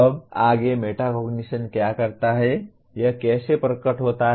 अब आगे मेटाकोग्निशन क्या करता है यह कैसे प्रकट होता है